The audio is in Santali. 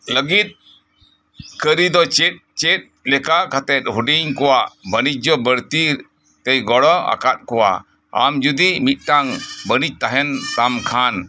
ᱞᱟᱜᱤᱫ ᱠᱟᱨᱤ ᱫᱚ ᱪᱮᱫ ᱪᱮᱫ ᱞᱮᱠᱟ ᱠᱟᱛᱮᱫ ᱦᱩᱰᱤᱧ ᱠᱚᱣᱟᱜ ᱵᱟᱱᱤᱡᱽᱡᱚ ᱵᱟᱲᱛᱤ ᱛᱮᱭ ᱜᱚᱲᱚ ᱟᱠᱟᱫ ᱠᱚᱣᱟ ᱟᱢ ᱡᱩᱫᱤ ᱢᱤᱫ ᱴᱟᱝᱵᱟᱱᱤᱡᱽ ᱛᱟᱦᱮᱱ ᱛᱟᱢ ᱠᱷᱟᱱ